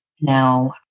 Now